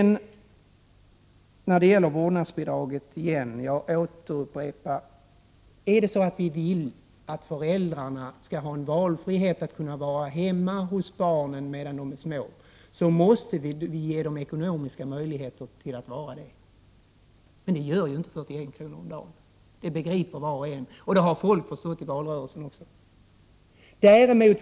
När det gäller vårdnadsbidraget upprepar jag att är det så att vi vill att föräldrarna skall ha en valfrihet att vara hemma med barnen medan de är små, måste vi ge dem ekonomiska möjligheter att vara hemma. Men det gör inte 41 kr. om dagen. Det begriper var och en. Det har även folk i valrörelsen förstått.